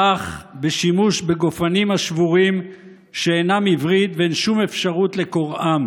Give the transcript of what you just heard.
כך בשימוש בגופנים השבורים שאינם עברית ואין שום אפשרות לקוראם